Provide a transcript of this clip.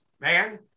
man